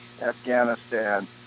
Afghanistan